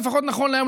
לפחות נכון להיום,